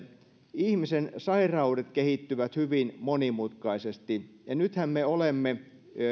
ihmisen sairaudet kehittyvät hyvin monimutkaisesti ja me olemme